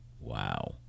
Wow